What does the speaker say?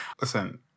listen